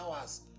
hours